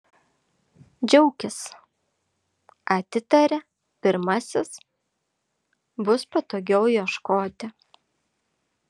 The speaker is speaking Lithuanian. džiaukis atitarė pirmasis bus patogiau ieškoti